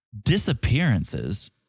disappearances